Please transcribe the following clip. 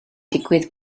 digwydd